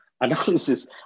analysis